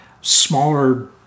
smaller